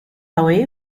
away